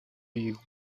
you